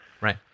Right